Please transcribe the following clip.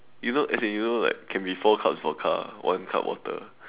you know as in you know like can be four cups vodka one cup water